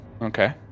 okay